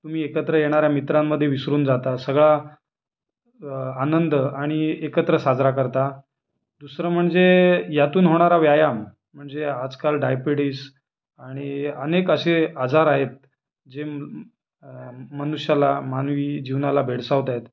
तुम्ही एकत्र येणाऱ्या मित्रांमध्ये विसरून जाता सगळा आनंद आणि एकत्र साजरा करता दुसरं म्हणजे यातून होणारा व्यायाम म्हणजे आजकाल डायपेडीस आणि अनेक असे आजार आहेत जे म मनुष्याला मानवी जीवनाला भेडसावत आहेत